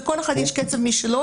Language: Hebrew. לכל אחד יש קצב משלו,